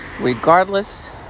regardless